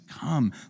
Come